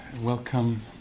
welcome